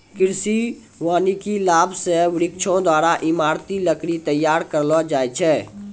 कृषि वानिकी लाभ से वृक्षो द्वारा ईमारती लकड़ी तैयार करलो जाय छै